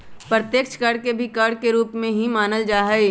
अप्रत्यक्ष कर के भी कर के एक रूप ही मानल जाहई